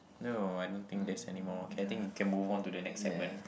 no I don't think there's anymore okay I think you can move on to the next segment